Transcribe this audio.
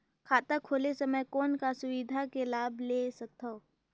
खाता खोले समय कौन का सुविधा के लाभ ले सकथव?